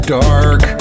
dark